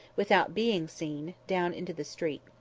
without being seen, down into the street.